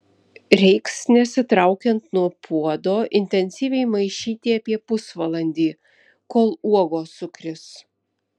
reiks nesitraukiant nuo puodo intensyviai maišyti apie pusvalandį kol uogos sukris